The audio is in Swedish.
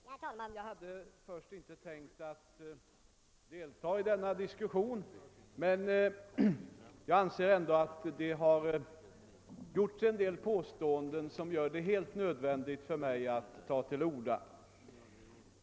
Herr talman! Jag hade först inte tänkt delta i denna diskussion men det har förekommit vissa påståenden som gör det nödvändigt för mig att ta till orda.